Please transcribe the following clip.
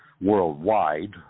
worldwide